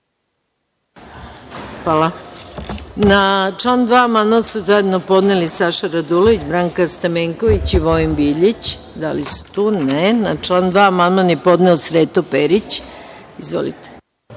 Hvala. Na član 2. amandman su zajedno podneli Saša Radulović, Branka Stamenković i Vojin Biljić. Da li su tu? Ne. Na član 2. amandman je podneo Sreto Perić. Izvolite.